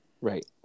right